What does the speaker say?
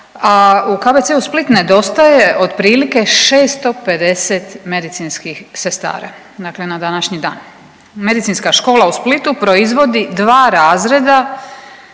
u KBC-u Split nedostaje otprilike 650 medicinskih sestara, dakle na današnji dan. Medicinska škola u Splitu proizvodi dva razreda